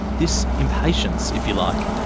this impatience, if you like,